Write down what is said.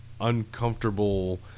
uncomfortable